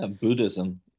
Buddhism